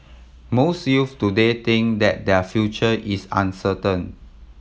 most youths today think that their future is uncertain